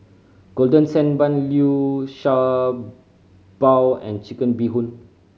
Golden Sand Bun Liu Sha Bao and Chicken Bee Hoon